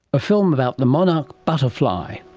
a film about the monarch butterfly.